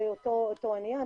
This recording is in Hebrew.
זה אותו עניין,